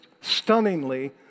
stunningly